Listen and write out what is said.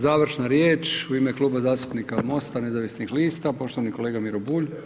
Završna riječ u ime Kluba zastupnika MOST-a nezavisnih lista, poštovani kolega Miro Bulj.